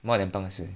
more than 半个小时